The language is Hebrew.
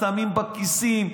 שמים בכיסים,